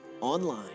online